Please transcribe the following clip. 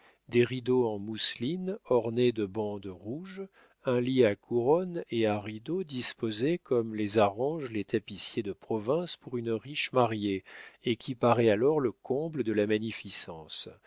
des rideaux en mousseline ornés de bandes rouges un lit à couronne et à rideaux disposés comme les arrangent les tapissiers de province pour une riche mariée et qui paraît alors le comble de la magnificence